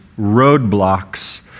roadblocks